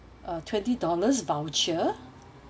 a twenty dollars voucher